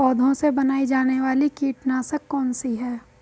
पौधों से बनाई जाने वाली कीटनाशक कौन सी है?